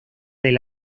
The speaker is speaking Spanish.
del